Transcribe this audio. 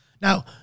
Now